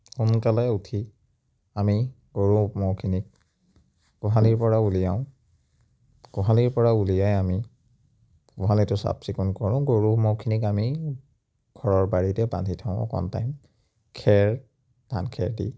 সোনকালে উঠি আমি গৰু ম'হখিনিক গোহালিৰ পৰা উলিৱাওঁ গোহালিৰ পৰা উলিয়াই আমি গোহালিটো চাফ চিকুণ কৰোঁ গৰু ম'হখিনিক আমি ঘৰৰ বাৰীতে বান্ধি থওঁ অকমান টাইম খেৰ ধান খেৰ দি